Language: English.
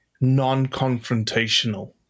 non-confrontational